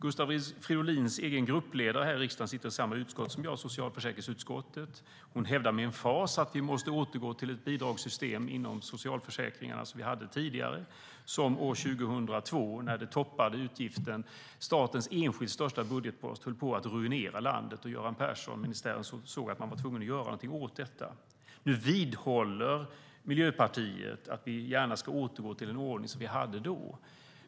Miljöpartiets gruppledare i riksdagen sitter i samma utskott som jag, socialförsäkringsutskottet. Hon hävdar med emfas att vi måste återgå till det bidragssystem inom socialförsäkringarna som vi hade tidigare. År 2002 var det statens enskilt största budgetpost och höll på att ruinera landet, och Göran Persson-ministären insåg att den var tvungen att göra något åt det. Men nu vidhåller Miljöpartiet att vi ska återgå till en ordning vi hade då.